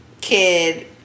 kid